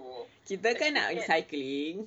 kita kan nak pergi cycling